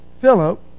Philip